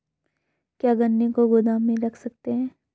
क्या गन्ने को गोदाम में रख सकते हैं?